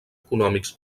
econòmics